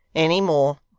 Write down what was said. any more